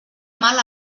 mal